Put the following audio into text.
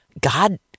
God